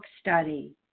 Study